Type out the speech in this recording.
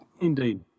Indeed